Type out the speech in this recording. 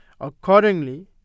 Accordingly